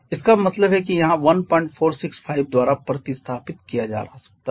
इसका मतलब है कि यहां 1465 द्वारा प्रतिस्थापित किया जा सकता है